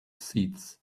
seats